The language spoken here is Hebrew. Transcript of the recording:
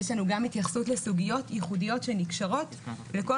יש לנו גם התייחסות לסוגיות ייחודיות שנקשרות לכל